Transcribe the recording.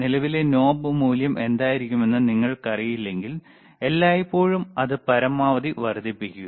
നിലവിലെ നോബ് മൂല്യം എന്തായിരിക്കണമെന്ന് നിങ്ങൾക്കറിയില്ലെങ്കിൽ എല്ലായ്പ്പോഴും അത് പരമാവധി വർദ്ധിപ്പിക്കുക